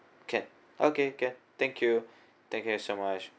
can okay can thank you thank you so much